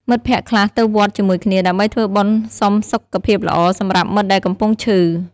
មិត្តភក្តិខ្លះទៅវត្តជាមួយគ្នា ដើម្បីធ្វើបុណ្យសុំសុខភាពល្អសម្រាប់មិត្តដែលកំពុងឈឺ។